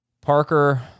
Parker